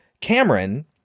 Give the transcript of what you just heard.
Cameron